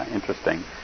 interesting